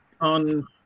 on